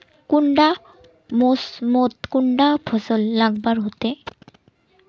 कुंडा मोसमोत कुंडा फसल लगवार होते?